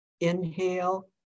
Inhale